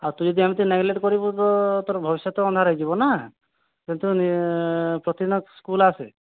ଆଉ ତୁ ଯଦି ଏମିତି ନେଗେଲେଟ କରିବୁ ତ ତୋର ଭବିଷ୍ୟତ ଅନ୍ଧାର ହୋଇଯିବ ନା ପ୍ରତି ଦିନ ସ୍କୁଲ ଆସେ